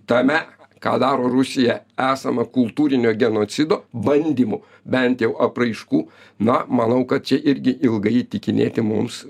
tame ką daro rusija esama kultūrinio genocido bandymų bent jau apraiškų na manau kad čia irgi ilgai įtikinėti mums